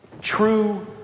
True